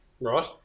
Right